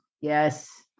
Yes